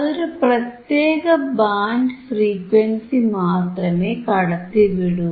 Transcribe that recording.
അതൊരു പ്രത്യേക band frequency മാത്രമേ കടത്തിവിടൂ